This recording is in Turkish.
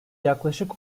yaklaşık